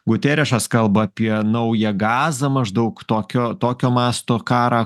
guterešas kalba apie naują gazą maždaug tokio tokio masto karą